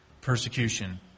Persecution